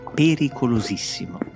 pericolosissimo